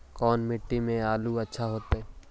कोन मट्टी में आलु अच्छा होतै?